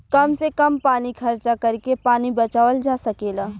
कम से कम पानी खर्चा करके पानी बचावल जा सकेला